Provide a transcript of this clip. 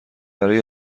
برای